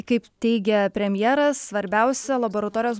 kaip teigia premjeras svarbiausia laboratorijos